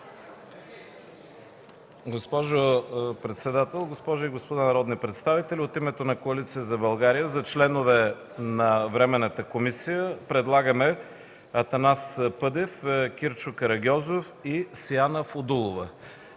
Госпожо председател, госпожи и господа народни представители, от името на Коалиция за България за членове на Временната комисия предлагаме Атанас Пъдев, Кирчо Карагьозов и Сияна Фудулова.